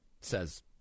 says